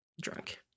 drunk